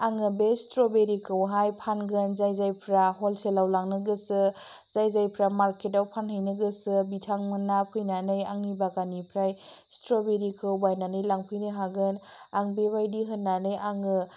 आङो बे स्ट्रबेरिखौहाय फानगोन जाय जायफ्रा हलसेलाव लांनो गोसो जाय जायफ्रा मार्केटआव फानहैनो गोसो बिथांमोना फैनानै आंनि बागाननिफ्राय स्ट्रबेरिखौ बायनानै लांफैनो हागोन आं बेबायदि होन्नानै आङो